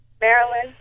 Maryland